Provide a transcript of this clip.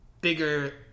bigger